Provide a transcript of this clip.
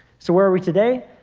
so where are we today?